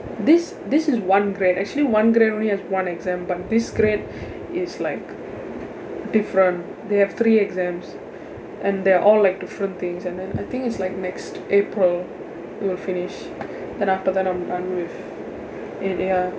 this this is one grade actually one grade only has one exam but this grade is like different they have three exams and they're all like different things and and then I think it's like next april we will finish then after than I'm done with it ya